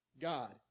God